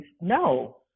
no